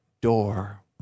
door